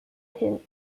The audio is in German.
hin